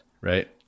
right